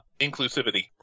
inclusivity